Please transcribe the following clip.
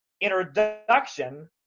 introduction